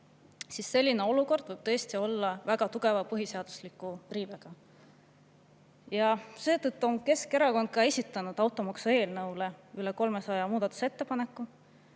Sellises olukorras võib tõesti olla väga tugev põhiseaduslik riive. Seetõttu on Keskerakond esitanud automaksu eelnõu kohta üle 300 muudatusettepaneku.